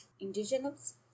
indigenous